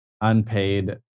Unpaid